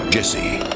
Jesse